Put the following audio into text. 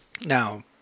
Now